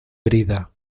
herida